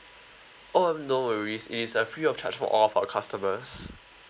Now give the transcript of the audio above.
oh no worries it's uh free of charge for all of our customers